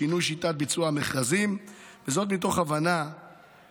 שינוי שיטת ביצוע המכרזים מתוך הכרה בצורך